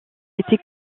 été